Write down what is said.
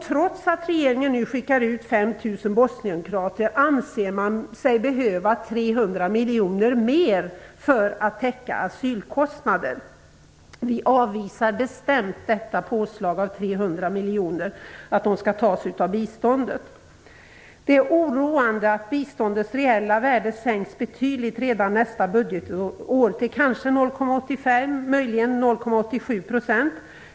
Trots att regeringen nu skickar ut 5 000 bosnienkroater anser den sig behöva 300 miljoner kronor mer för att täcka asylkostnaden. Vi avvisar bestämt att påslaget på 300 miljoner skall tas av biståndet. Det är oroande att biståndets reella värde sänks betydligt redan nästa budgetår. Kanske sänks det till 0,85 % eller möjligen till 0,87 %.